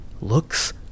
looks